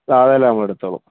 അ അതെല്ലാം നമ്മൾ എടുത്തുകൊള്ളും